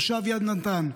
תושב יד נתן,